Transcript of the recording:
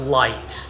light